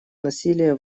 насилие